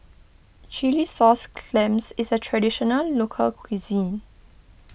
Chilli Sauce Clams is a Traditional Local Cuisine